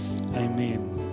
amen